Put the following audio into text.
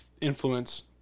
influence